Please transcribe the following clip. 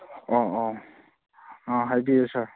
ꯑꯣ ꯑꯣ ꯑ ꯍꯥꯏꯕꯤꯌꯨ ꯁꯔ